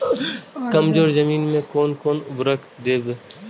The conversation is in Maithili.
कमजोर जमीन में कोन कोन उर्वरक देब?